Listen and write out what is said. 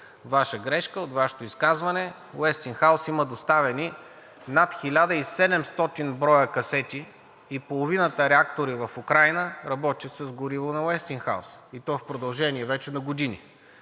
Ваша грешка от Вашето изказване. „Уестингхаус“ има доставени над 1700 броя касети и половината реактори в Украйна работят с гориво на „Уестингхаус“, и то в продължение вече на години.